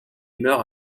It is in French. meurt